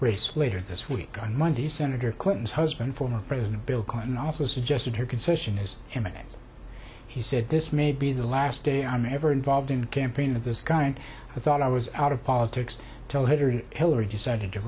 race later this week on monday senator clinton's husband former president bill clinton also suggested her concession is imminent he said this may be the last day i'm ever involved in campaign of this guy and i thought i was out of politics till history hillary decided to